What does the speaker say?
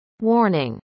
Warning